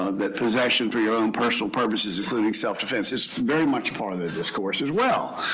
that possession for your own personal purposes including self-defense is very much part of the discourse as well.